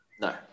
no